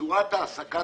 צורת העסקת